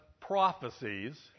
prophecies